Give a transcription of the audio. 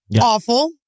Awful